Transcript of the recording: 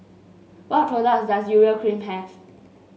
what products does Urea Cream have